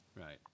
right